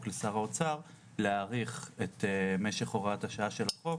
לשר האוצר להאריך את משך הוראת השעה של החוק,